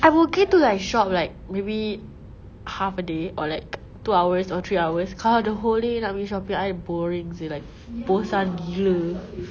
I'm okay to like shop like maybe half a day or like two hours or three hours kalau the whole day nak pergi shopping I boring seh like bosan gila